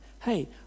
hey